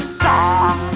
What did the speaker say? song